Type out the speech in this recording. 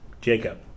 Jacob